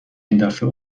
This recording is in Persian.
ایندفعه